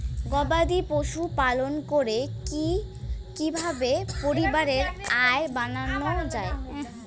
গবাদি পশু পালন করে কি কিভাবে পরিবারের আয় বাড়ানো যায়?